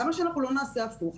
למה שלא נעשה הפוך?